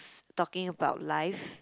~s talking about life